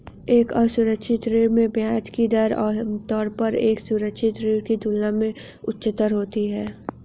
एक असुरक्षित ऋण में ब्याज की दर आमतौर पर एक सुरक्षित ऋण की तुलना में उच्चतर होती है?